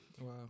Wow